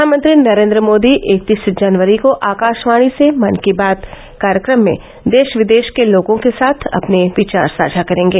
प्रधानमंत्री नरेन्द्र मोदी इकतीस जनकरी को आकाशवाणी से मन की बात कार्यक्रम में देश विदेश के लोगों के साथ अपने विचार साझा करेंगे